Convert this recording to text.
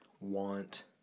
want